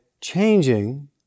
changing